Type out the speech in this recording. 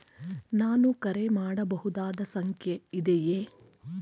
ನಾನು ಕರೆ ಮಾಡಬಹುದಾದ ಸಂಖ್ಯೆ ಇದೆಯೇ?